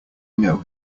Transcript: know